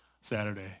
Saturday